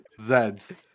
Zed's